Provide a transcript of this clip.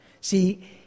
See